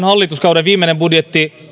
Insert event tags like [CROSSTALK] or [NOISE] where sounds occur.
[UNINTELLIGIBLE] hallituskauden viimeinen budjetti